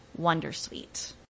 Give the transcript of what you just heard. wondersuite